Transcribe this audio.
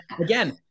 again